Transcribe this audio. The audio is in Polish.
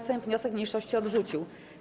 Sejm wniosek mniejszości odrzucił.